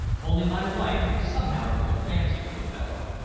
only my wife somehow took a fancy to the fellow,